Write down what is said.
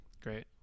great